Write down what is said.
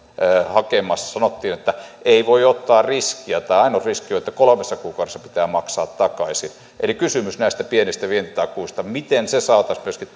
hakemassa sanottiin että ei voi ottaa riskiä tämä ainut riski on että kolmessa kuukaudessa pitää maksaa takaisin eli kysymys näistä pienistä vientitakuista miten ne saataisiin myöskin